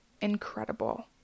incredible